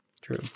True